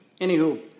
Anywho